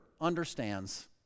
understands